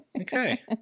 Okay